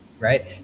Right